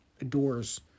adores